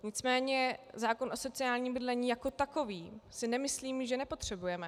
Nicméně zákon o sociálním bydlení jako takový si nemyslím, že nepotřebujeme.